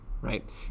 right